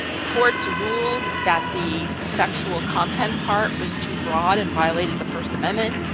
courts ruled that the sexual content part was too broad and violated the first amendment.